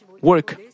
work